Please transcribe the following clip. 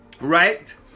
right